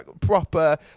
proper